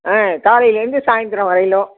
ஆ காலையிலேருந்து சாயந்தரம் வரையிலும்